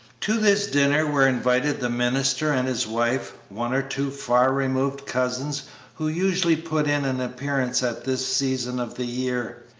to this dinner were invited the minister and his wife, one or two far-removed cousins who usually put in an appearance at this season of the year,